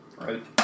right